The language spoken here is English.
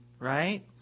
right